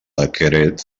decret